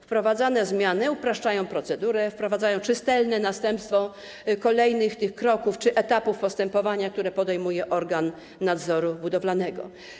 Wprowadzane zmiany upraszczają procedurę, wprowadzają czytelne następstwo kolejnych kroków czy etapów postępowania, które podejmuje organ nadzoru budowlanego.